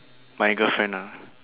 my girlfriend ah